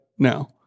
Now